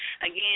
again